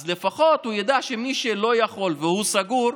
אז לפחות ידע מי שלא יכול, כשהוא סגור,